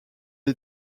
est